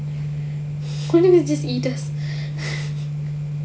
could it just eat us